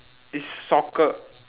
it's soccer